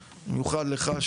במיוחד לך,